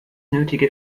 nötige